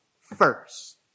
first